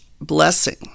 blessing